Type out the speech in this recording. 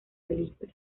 película